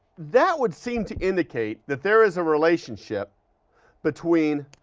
that would seem to indicate that there is a relationship between